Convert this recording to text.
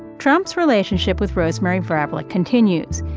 trump's relationship with rosemary vrablic continues.